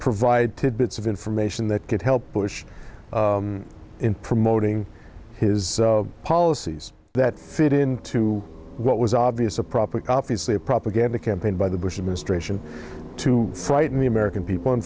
provide tidbits of information that could help bush in promoting his policies that fit into what was obvious a proper obviously a propaganda campaign by the bush administration to frighten the american people